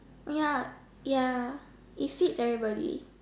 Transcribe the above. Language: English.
ya ya it feeds everybody